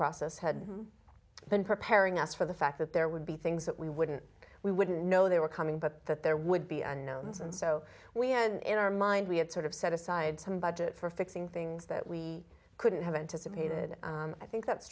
process had been preparing us for the fact that there would be things that we wouldn't we wouldn't know they were coming but that there would be unknowns and so we end in our mind we had sort of set aside some budget for fixing things that we couldn't have anticipated i think that's